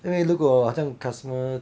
因为如果好像 customer